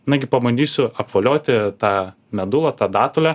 nagi pabandysiu apvolioti tą meduotą datulę